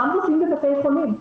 גם הרופאים בבתי חולים.